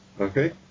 Okay